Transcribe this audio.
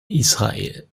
israel